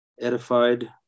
edified